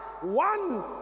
one